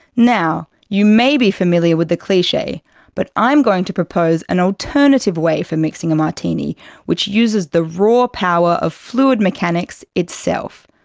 now, you may be familiar with the cliche but i'm going to propose an alternative way for mixing a martini which uses the raw power of fluid mechanics itself.